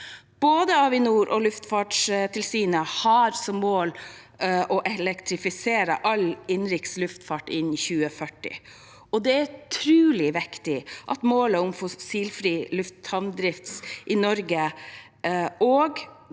Både Avinor og Luftfartstilsynet har som mål å elektrifisere all innenriks luftfart innen 2040. Det er utrolig viktig at vi når målet om fossilfri lufthavndrift i Norge.